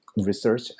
research